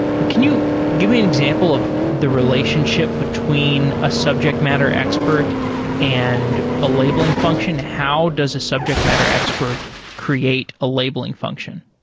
but can you give me an example of the relationship between a subject matter expert and a labeling function and how does a subject matter expert create a labeling function?